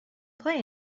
play